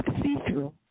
see-through